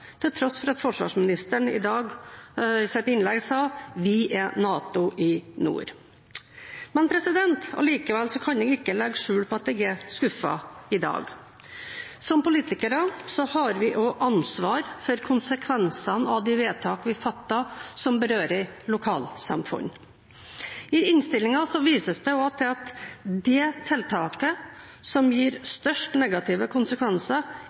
i dag sa: «Vi er NATO i nord.» Allikevel kan jeg ikke legge skjul på at jeg er skuffet i dag. Som politikere har vi også ansvar for konsekvensene av de vedtakene vi fatter som berører lokalsamfunn. I innstillingen vises det også til at det tiltaket som får størst negative konsekvenser,